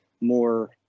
more